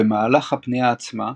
במהלך הפניה עצמה,